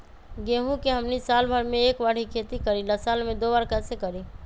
गेंहू के हमनी साल भर मे एक बार ही खेती करीला साल में दो बार कैसे करी?